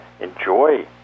enjoy